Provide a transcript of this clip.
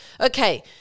Okay